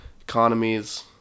economies